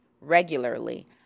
regularly